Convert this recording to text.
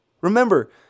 Remember